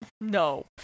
No